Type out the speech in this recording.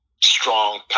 strong